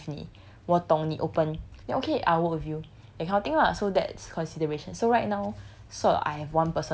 but it's more of that 我懂我可以 work with 你我懂你 open ya okay I'll work with you that kind of thing lah so that's consideration so right now